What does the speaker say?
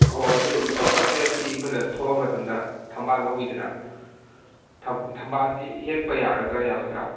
ꯑꯣ ꯍꯣꯏ ꯑꯗꯨ ꯂꯣꯛꯇꯥꯛ ꯃꯌꯥꯏꯁꯤ ꯑꯩꯈꯣꯏꯅ ꯊꯣꯛꯑ ꯃꯇꯝꯗ ꯊꯝꯕꯥꯜ ꯍꯧꯋꯤꯗꯅ ꯊꯝꯕꯥꯜꯁꯤ ꯍꯦꯛꯄ ꯌꯥꯒꯗ꯭ꯔꯥ ꯌꯥꯔꯣꯏꯗ꯭ꯔꯥ